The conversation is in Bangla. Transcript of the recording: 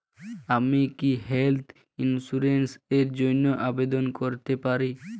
আমি কি হেল্থ ইন্সুরেন্স র জন্য আবেদন করতে পারি?